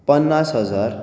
पन्नास हजार